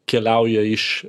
keliauja iš